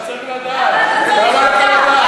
למה לדעת?